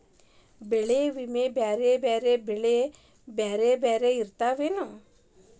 ಬೆಳೆ ವಿಮಾ ಬ್ಯಾರೆ ಬ್ಯಾರೆ ಬೆಳೆಗೆ ಬ್ಯಾರೆ ಬ್ಯಾರೆ ಇರ್ತೇತೆನು?